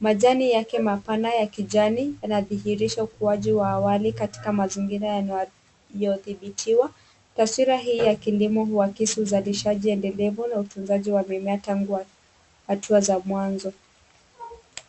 majani yake mapana ya kijani yanadhihirisha ukuaji wa awali katika mazingira ya udhibitiwa. Taswira hii ya kilimo huakisi uzalishaji endelevu na utunzaji wa mimea tangu hatua za mwanzo.